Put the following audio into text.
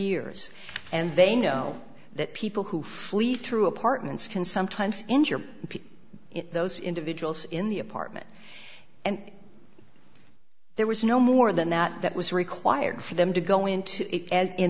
years and they know that people who flee through apartments can sometimes injure people in those individuals in the apartment and there was no more than that that was required for them to go into i